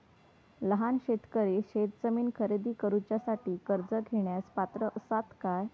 लहान शेतकरी शेतजमीन खरेदी करुच्यासाठी कर्ज घेण्यास पात्र असात काय?